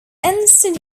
instead